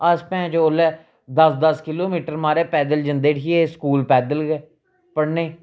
अस भैन चौद ओल्लै दस दस किलो मीटर महाराज पैदल जंदे हे उठी हे स्कूल पैदल गै पढ़ने गी